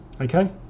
Okay